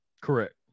Correct